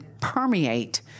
permeate